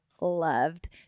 loved